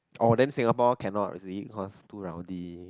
orh then Singapore cannot you see because too rowdy